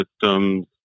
systems